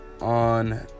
on